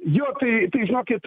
juo tai tai žinokit